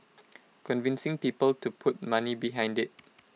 convincing people to put money behind IT